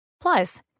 Plus